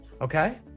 Okay